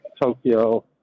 Tokyo